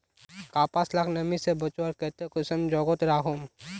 कपास लाक नमी से बचवार केते कुंसम जोगोत राखुम?